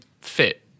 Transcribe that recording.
fit